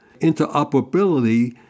interoperability